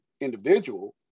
individual